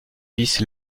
vice